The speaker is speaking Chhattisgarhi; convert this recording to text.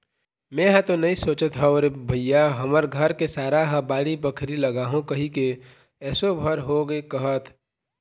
मेंहा तो नइ सोचत हव रे भइया हमर घर के सारा ह बाड़ी बखरी लगाहूँ कहिके एसो भर होगे कहत